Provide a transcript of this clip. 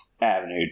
avenue